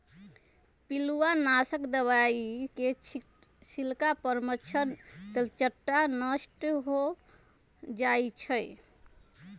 पिलुआ नाशक दवाई के छिट्ला पर मच्छर, तेलट्टा नष्ट हो जाइ छइ